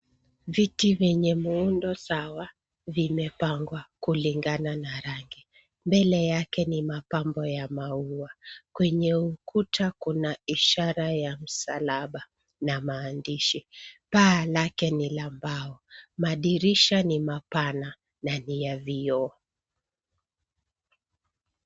Viti vyenye muundo sawa vimepangwa kulingana na rangi. Mbele yake ni mapambo ya maua. Kwenye ukuta kuna ishara ya msalaba na maandishi. Paa lake ni la mbao. Madirisha ni mapana na ni ya vioo.